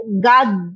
God